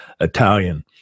Italian